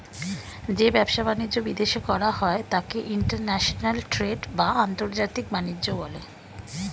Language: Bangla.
যে ব্যবসা বাণিজ্য বিদেশে করা হয় তাকে ইন্টারন্যাশনাল ট্রেড বা আন্তর্জাতিক বাণিজ্য বলে